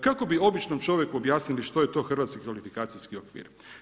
Kako bi običnom čovjeku objasnili što je to hrvatski kvalifikacijski okvir?